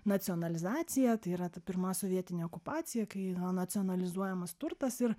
nacionalizacija tai yra ta pirma sovietinė okupacija kai na nacionalizuojamas turtas ir